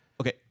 Okay